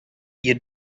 you